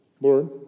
Lord